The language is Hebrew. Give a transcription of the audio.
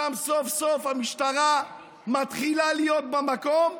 שם סוף-סוף המשטרה מתחילה להיות במקום,